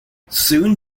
soon